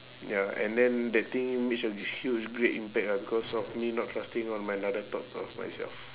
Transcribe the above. ya and then that thing made a huge great impact ah because of me not trusting on my another thought of myself